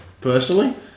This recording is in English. personally